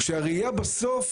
כשהראייה בסוף,